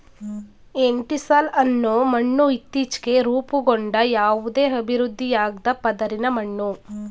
entisol ಅನ್ನೋ ಮಣ್ಣು ಇತ್ತೀಚ್ಗೆ ರೂಪುಗೊಂಡ ಯಾವುದೇ ಅಭಿವೃದ್ಧಿಯಾಗ್ದ ಪದರಿನ ಮಣ್ಣು